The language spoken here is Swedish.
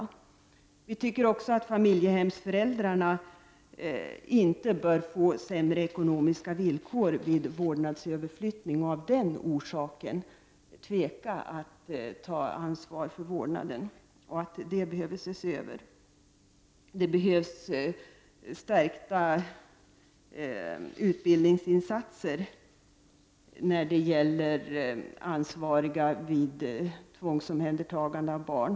Vi i folkpartiet anser också att familjehemsföräldrarna inte bör få sämre ekonomiska villkor vid vårdnadsöverflyttning, så att de av den anledningen tvekar att ta ansvar för vårdnaden. Detta bör ses över. Det behövs stärkta utbildningsinsatser när det gäller dem som är ansvariga vid tvångsomhändertagande av barn.